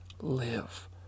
Live